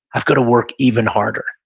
i've gotta work even harder.